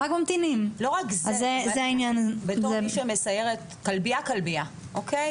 לא רק זה, בתור מי שמסיירת כלבייה-כלבייה, אוקיי?